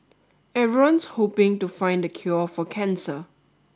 everyone's hoping to find the cure for cancer